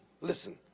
listen